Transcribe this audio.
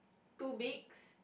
two beaks